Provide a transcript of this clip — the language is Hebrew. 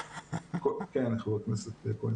כן, חבר הכנסת כהן.